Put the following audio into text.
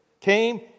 came